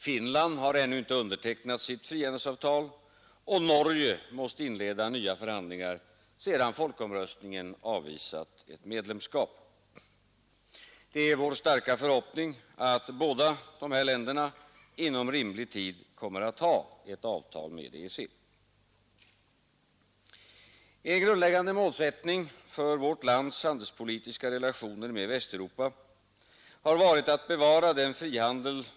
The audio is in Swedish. Finland har ännu inte undertecknat sitt frihandelsavtal, och Norge måste inleda nya förhandlingar sedan folkomröstningen avvisat ett medlemskap. Det är vår starka förhoppning att båda dessa länder inom rimlig tid kommer att ha ett avtal med EEC. En grundläggande målsättning för vårt lands handelspolitiska relationer med Västeuropa har varit att bevara den frihandel som redan &,.